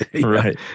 Right